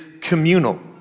communal